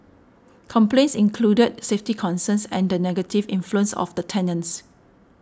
complaints included safety concerns and the negative influence of the tenants